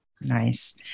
Nice